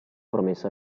promessa